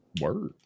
Word